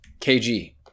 KG